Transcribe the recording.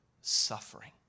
suffering